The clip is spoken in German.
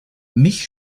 mich